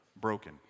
broken